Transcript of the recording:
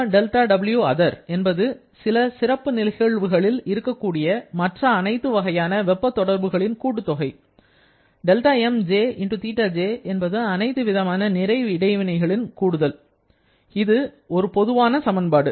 ΣδWother என்பது சில சிறப்பு நிகழ்வுகளில் இருக்கக்கூடிய மற்ற அனைத்து வகையான வெப்ப தொடர்புகளின் கூட்டுத்தொகை δmjθj என்பது அனைத்து விதமான நிறை இடைவினைகளின் கூடுதல் இது ஒரு பொதுவான சமன்பாடு